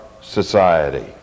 society